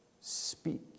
speak